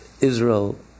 Israel